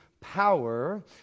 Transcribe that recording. power